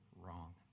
wrong